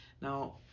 now